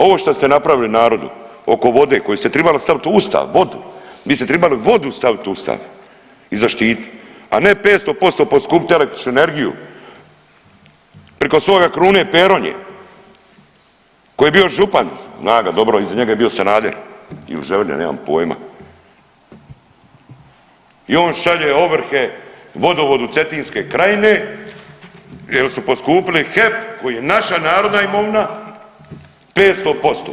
Ovo što ste napravili narodu oko vode koju ste tribali stavit u ustav, vodu, vi ste tribali vodu stavit u ustav i zaštitit, a ne 500% poskupit električnu energiju priko svoga Krune Peronje koji je bio župan, znam ga dobro, iza njega je bio Sanader ili Ževrnja, nemam pojma i on šalje ovrhe Vodovodu Cetinske krajine jel su poskupili HEP koji je naša narodna imovina, 500%